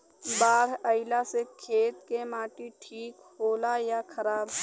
बाढ़ अईला से खेत के माटी ठीक होला या खराब?